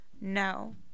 No